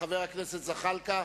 חבר הכנסת זחאלקה,